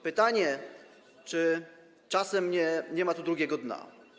Pytanie: Czy czasem nie ma tu drugiego dna?